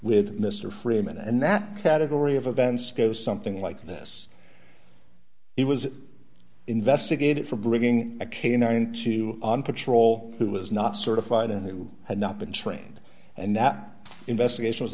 with mr freeman and that category of events goes something like this he was investigated for bringing a canine to on patrol who was not certified and who had not been trained and that investigation was